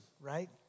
Right